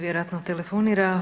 Vjerojatno telefonira.